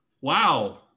Wow